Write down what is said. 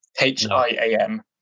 H-I-A-M